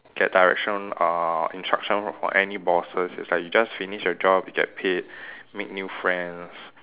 get direction uh instruction from any bosses it's like you just finish your job you get paid make new friends